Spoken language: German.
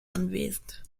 anwesend